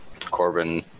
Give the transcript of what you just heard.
Corbin